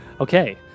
Okay